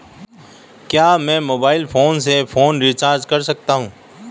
क्या मैं mobile phone से फोन रिचार्ज कर सकता हूं?